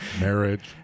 marriage